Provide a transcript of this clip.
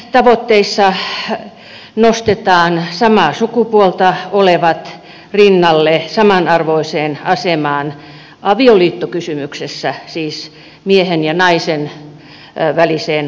näissä tavoitteissa nostetaan samaa sukupuolta olevat samanarvoiseen asemaan avioliittokysymyksessä miehen ja naisen väliseen avioliittoon nähden